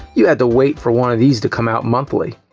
you had to wait for one of these to come out monthly.